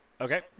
Okay